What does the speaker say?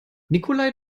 nikolai